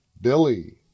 Billy